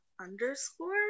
underscore